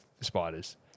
spiders